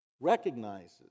recognizes